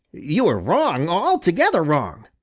you are wrong, altogether wrong.